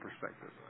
perspective